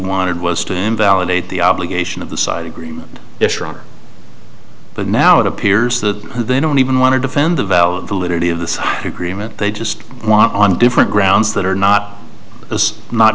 wanted was to invalidate the obligation of the side agreement but now it appears that they don't even want to defend the valid validity of the agreement they just want on different grounds that are not as not